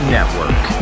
Network